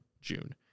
June